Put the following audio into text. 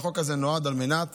החוק הזה נועד על מנת